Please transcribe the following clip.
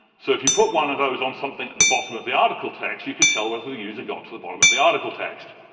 so if you put one of those on something at the bottom of the article text, you could tell whether the user got to the bottom of the article text,